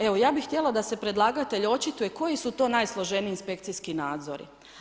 Evo ja bih htjela da se predlagatelj očituje koji su to najsloženiji inspekcijski nadzori.